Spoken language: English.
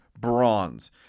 Bronze